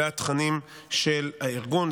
בתכנים של הארגון.